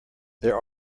there